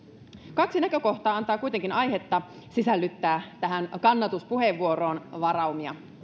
kaksi näkökohtaa antaa kuitenkin aihetta sisällyttää tähän kannatuspuheenvuoroon varaumia